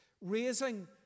raising